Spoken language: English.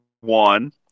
one